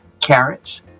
carrots